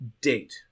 date